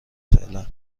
فعلا